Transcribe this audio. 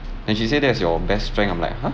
then she said that's your best strength I'm like !huh!